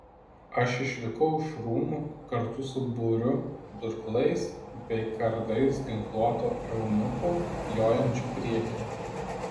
aš išvykau iš rūmų kartu su būriu durklais bei kardais ginkluotų eunuchų jojančių priekyje